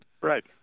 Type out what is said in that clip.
Right